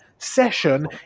session